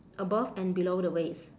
above and below the waist